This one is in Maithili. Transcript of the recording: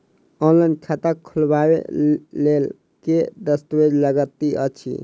ऑनलाइन खाता खोलबय लेल केँ दस्तावेज लागति अछि?